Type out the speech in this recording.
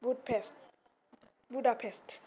Budapest